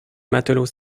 matelots